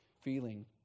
feeling